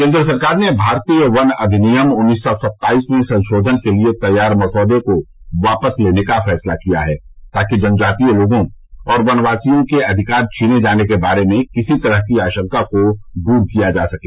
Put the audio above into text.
केंद्र सरकार ने भारतीय वन अधिनियम उन्नीस सौ सत्ताईस में संशोधन के लिए तैयार मसौदे को वापस लेने का फैसला किया है ताकि जनजातीय लोगों और वनवासियों के अधिकार छीने जाने के बारे में किसी भी तरह की आशंका को दूर किया जा सके